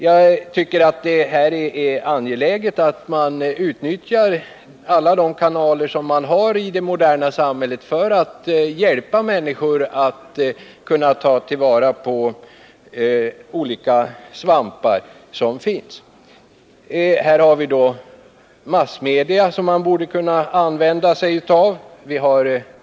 Jag tycker att det är angeläget att man utnyttjar alla de kanaler i det moderna samhället genom vilka man kan hjälpa människor att ta till vara olika svampsorter. Man borde i det arbetet kunna använda olika massmedia.